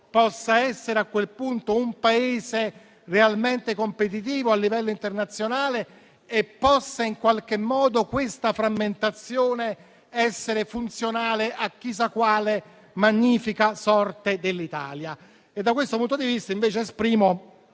possa essere a quel punto un Paese realmente competitivo a livello internazionale e che questa frammentazione possa essere funzionale a chissà quale magnifica sorte dell'Italia. Da questo punto di vista, esprimo